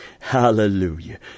Hallelujah